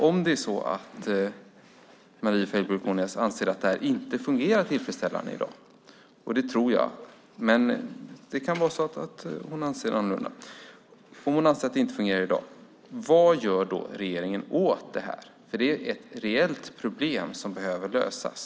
Om Marie Weibull Kornias anser att detta inte fungerar tillfredsställande i dag, och det tror jag, men hon kan anse något annat, undrar jag: Vad gör regeringen åt detta? Det är ett reellt problem som behöver lösas.